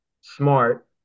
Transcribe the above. smart